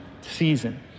season